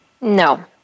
No